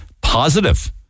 positive